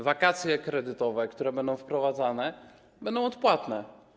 Wakacje kredytowe, które będą wprowadzane, będą odpłatne.